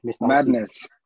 madness